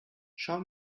schau